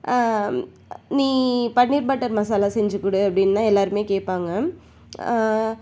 நீ பன்னீர் பட்டர் மசாலா செஞ்சு கொடு அப்படின்னு எல்லோருமே கேட்பாங்க